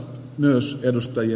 myös edustaja